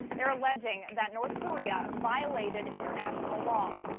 they're alleging that north korea violated international law.